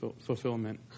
fulfillment